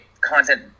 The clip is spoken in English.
content